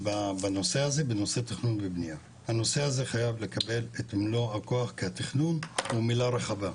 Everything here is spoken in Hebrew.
הנושא התכנון והבנייה חייב לקבל את מלוא הכוח כי התכנון הוא מילה רחבה.